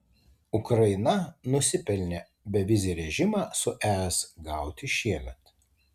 ukraina nusipelnė bevizį režimą su es gauti šiemet